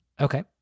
Okay